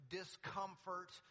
discomfort